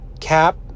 Cap